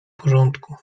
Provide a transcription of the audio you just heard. porządku